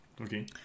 Okay